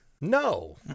No